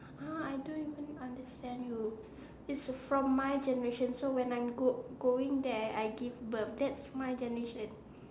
!huh! I don't even understand you it's the from my generation so when I'm go going there I give birth that's my generation